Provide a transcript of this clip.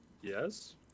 Yes